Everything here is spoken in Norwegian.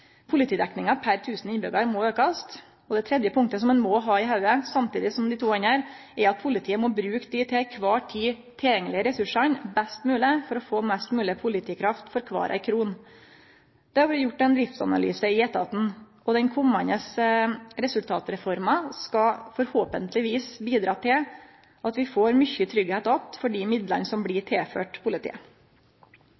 Politidekninga per 1 000 innbyggjarar må aukast. Det tredje punktet som ein må ha i hovudet samtidig med dei to andre, er at politiet må bruke dei til eikvar tid tilgjengelege ressursane best mogleg for å få mest mogleg politikraft for kvar ei krone. Det har vore gjort ein driftsanalyse av etaten, og den komande resultatreforma skal forhåpentlegvis bidra til at vi får mykje tryggleik att for dei midlane som blir